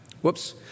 whoops